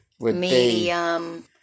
Medium